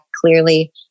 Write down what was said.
clearly